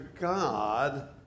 God